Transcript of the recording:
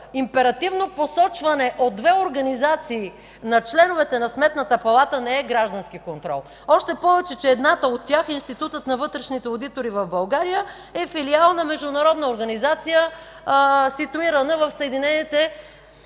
императивно посочване от две организации на членовете на Сметната палата не е граждански контрол. Още повече че едната от тях – Институтът на вътрешните одитори в България, е филиал на международна организация, ситуирана в Съединените